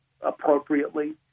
appropriately